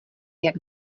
jak